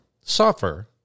suffer